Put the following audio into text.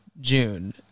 June